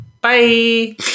Bye